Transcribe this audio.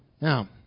Now